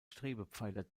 strebepfeiler